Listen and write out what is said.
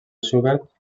schubert